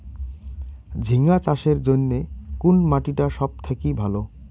ঝিঙ্গা চাষের জইন্যে কুন মাটি টা সব থাকি ভালো?